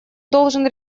должен